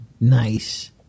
Nice